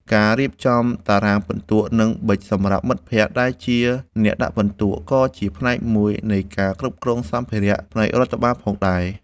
ការរៀបចំតារាងពិន្ទុ និងប៊ិចសម្រាប់មិត្តភក្តិដែលជាអ្នកដាក់ពិន្ទុ ក៏ជាផ្នែកមួយនៃការគ្រប់គ្រងសម្ភារៈផ្នែករដ្ឋបាលផងដែរ។